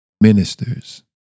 ministers